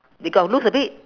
they got loose a bit